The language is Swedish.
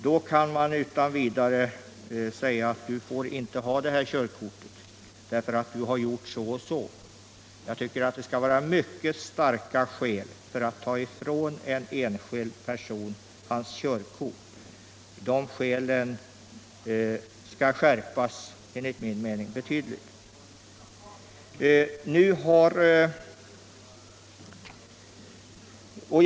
Då kan man utan vidare säga: Du får inte ha det här körkortet därför att du har gjort så och så. Det bör finnas mycket starka skäl för att ta ifrån en enskild person hans körkort. De skälen bör enligt min mening skärpas betydligt.